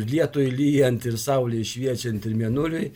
lietui lyjant ir saulei šviečiant ir mėnuliui